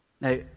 Now